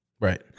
Right